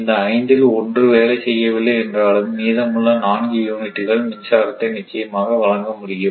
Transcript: இந்த ஐந்தில் ஒன்று வேலை செய்யவில்லை என்றாலும் மீதமுள்ள 4 யூனிட்கள் மின்சாரத்தை நிச்சயமாக வழங்க முடியும்